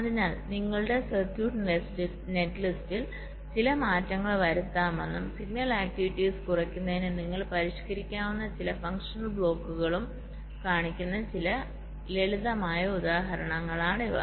അതിനാൽ നിങ്ങളുടെ സർക്യൂട്ട് നെറ്റ്ലിസ്റ്റിൽ ചില മാറ്റങ്ങൾ വരുത്താമെന്നും സിഗ്നൽ ആക്ടിവിറ്റീസ് കുറയ്ക്കുന്നതിന് നിങ്ങൾക്ക് പരിഷ്ക്കരിക്കാവുന്ന ചില ഫങ്ഷണൽ ബ്ലോക്കുകളും കാണിക്കുന്ന ചില ലളിതമായ ഉദാഹരണങ്ങളാണിവ